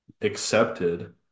accepted